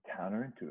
counterintuitive